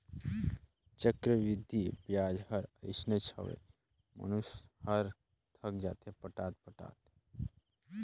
चक्रबृद्धि बियाज हर अइसनेच हवे, मइनसे हर थक जाथे पटात पटात